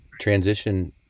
transition